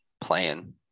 playing